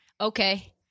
Okay